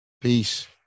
Peace